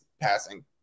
passing